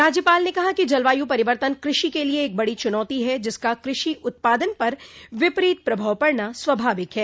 राज्यपाल ने कहा कि जलवायु परिवर्तन कृषि के लिये एक बड़ी चुनौती है जिसका कृषि उत्पादन पर विपरीत प्रभाव पड़ना स्वाभाविक है